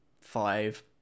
five